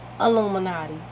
Illuminati